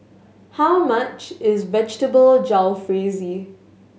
how much is Vegetable Jalfrezi